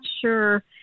sure